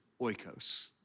oikos